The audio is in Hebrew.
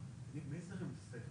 המלך.